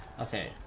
Okay